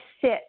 sit